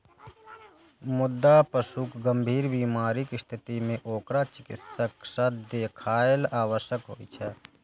मुदा पशुक गंभीर बीमारीक स्थिति मे ओकरा चिकित्सक सं देखाएब आवश्यक होइ छै